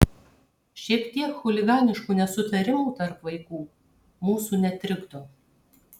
šiek tiek chuliganiškų nesutarimų tarp vaikų mūsų netrikdo